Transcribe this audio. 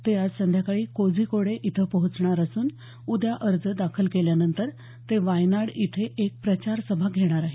ते आज संध्याकाळी कोझीकोडे इथे पोहचणार असून उद्या अर्ज दाखल केल्यानंतर ते वायनाड इथे एक प्रचार सभा घेणार आहेत